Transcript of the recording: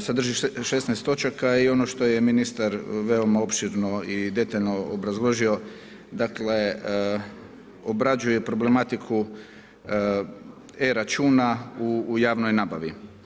sadrži 16 točaka i ono što je ministar veoma opširno i detaljno obrazložio obrađuje problematiku e-Računa u javnoj nabavi.